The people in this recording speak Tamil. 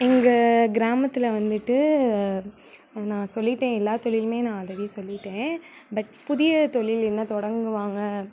எங்கள் கிராமத்தில் வந்துட்டு நான் சொல்லிவிட்டேன் எல்லா தொழிலுமே நான் ஆல்ரெடி சொல்லிவிட்டேன் பட் புதிய தொழில் என்ன தொடங்குவாங்க